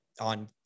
on